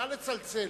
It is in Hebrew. נא לצלצל.